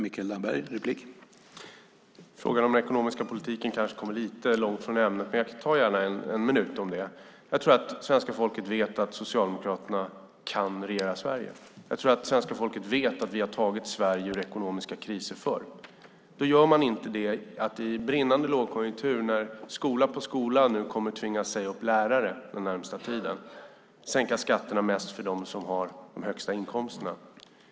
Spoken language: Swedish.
Herr talman! Frågan om den ekonomiska politiken kanske kommer lite långt från ämnet, men jag avsätter gärna en minut för det. Jag tror att svenska folket vet att Socialdemokraterna kan regera Sverige. Svenska folket vet att vi har tagit Sverige ur ekonomiska kriser förr. Det gör man inte genom att i en brinnande lågkonjunktur, då skola för skola kommer att tvingas säga upp lärare den närmaste tiden, sänka skatterna mest för dem som har de högsta inkomsterna.